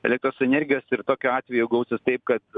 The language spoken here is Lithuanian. elektros energijos ir tokiu atveju gausis taip kad